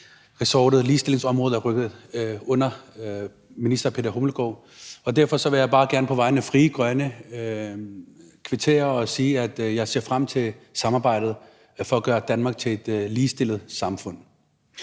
nyt, at ligestillingsområdet er rykket hen under beskæftigelsesministeren. Derfor vil jeg bare gerne på vegne af Frie Grønne kvittere og sige, at jeg ser frem til samarbejdet for at gøre Danmark til et ligestillet samfund.